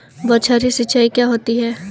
बौछारी सिंचाई क्या होती है?